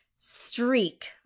streak